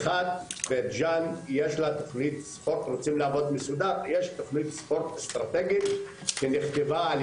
לבית ג'אן יש תוכנית ספורט מסודרת ואסטרטגית שנכתבה על